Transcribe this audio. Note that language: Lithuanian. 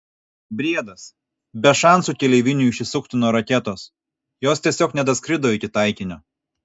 briedas be šansų keleiviniui išsisukti nuo raketos jos tiesiog nedaskrido iki taikinio